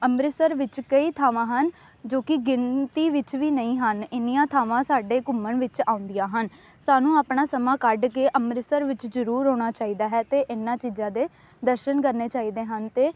ਅੰਮ੍ਰਿਤਸਰ ਵਿੱਚ ਕਈ ਥਾਵਾਂ ਹਨ ਜੋ ਕਿ ਗਿਣਤੀ ਵਿੱਚ ਵੀ ਨਹੀਂ ਹਨ ਇੰਨੀਆਂ ਥਾਵਾਂ ਸਾਡੇ ਘੁੰਮਣ ਵਿੱਚ ਆਉਂਦੀਆਂ ਹਨ ਸਾਨੂੰ ਆਪਣਾ ਸਮਾਂ ਕੱਢ ਕੇ ਅੰਮ੍ਰਿਤਸਰ ਵਿੱਚ ਜ਼ਰੂਰ ਆਉਣਾ ਚਾਹੀਦਾ ਹੈ ਅਤੇ ਇਹਨਾਂ ਚੀਜ਼ਾਂ ਦੇ ਦਰਸ਼ਨ ਕਰਨੇ ਚਾਹੀਦੇ ਹਨ ਅਤੇ